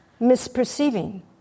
misperceiving